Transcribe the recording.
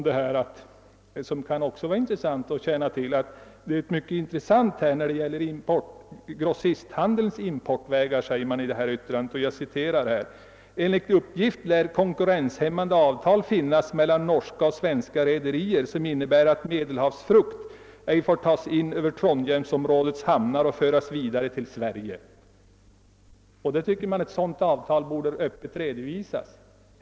Det kan också vara intressant att känna till att man i detta yttrande beträffande grossisthandelns importvägar uttalar följande: »Enligt uppgift lär kon kurrenshämmande avtal finnas mellan norska och svenska rederier, som innebär att medelhavsfrukt ej får tas in över Trondheimsområdets hamnar och föras vidare till Sverige.» Man tycker att ett sådant avtal borde öppet redovisas.